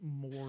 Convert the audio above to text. more